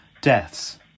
deaths